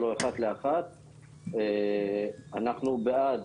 אני אומר,